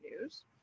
news